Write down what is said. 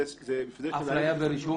אפליה ברישום?